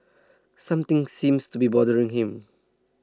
something seems to be bothering him